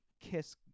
kiss